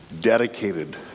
dedicated